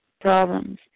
problems